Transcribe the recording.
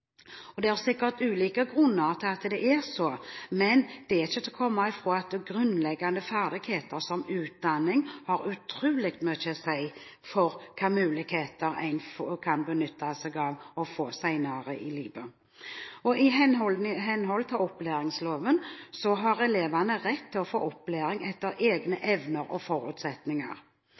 Det er sikkert ulike grunner til at det er slik. Men det er ikke til å komme fra at grunnleggende ferdigheter og utdanning har utrolig mye å si for hvilke muligheter en får senere i livet. I henhold til opplæringsloven har elevene rett til å få opplæring etter egne evner og forutsetninger.